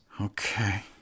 Okay